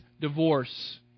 divorce